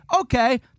Okay